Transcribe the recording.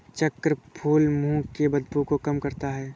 चक्रफूल मुंह की बदबू को कम करता है